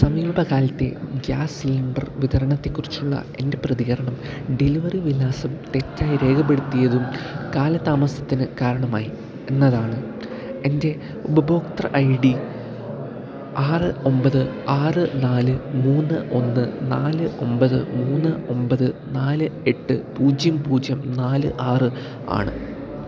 സമീപകാലത്തെ gas cylinder വിതരണത്തെക്കുറിച്ചുള്ള എൻ്റെ പ്രതികരണം ഡെലിവറി വിലാസം തെറ്റായി രേഖപ്പെടുത്തിയതും കാലതാമസത്തിനു കാരണമായി എന്നതാണ് എൻ്റെ ഉപഭോക്തൃ ഐ ഡി ആറ് ഒമ്പത് ആറ് നാല് മൂന്ന് ഒന്ന് നാല് ഒമ്പത് മൂന്ന് ഒമ്പത് നാല് എട്ട് പൂജ്യം പൂജ്യം നാല് ആറ് ആണ്